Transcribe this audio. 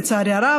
לצערי הרב.